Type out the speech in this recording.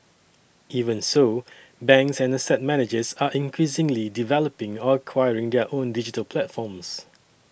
even so banks and asset managers are increasingly developing or acquiring their own digital platforms